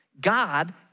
God